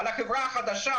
על החברה החדשה,